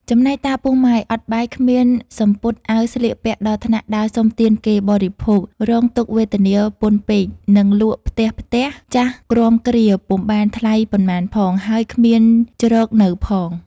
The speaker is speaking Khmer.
ចំណែកតាពោះម៉ាយ អត់បាយគ្មានសំពត់អាវស្លៀកពាក់ដល់ថ្នាក់ដើរសុំទានគេ បរិភោគ រងទុក្ខវេទនាពន់ពេកនឹងលក់ផ្ទះៗចាស់គ្រាំគ្រាពុំបានថ្លៃប៉ុន្មានផង ហើយគ្មានជ្រកនៅផង ។